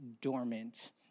dormant